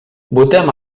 votem